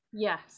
Yes